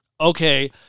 Okay